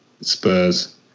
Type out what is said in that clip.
Spurs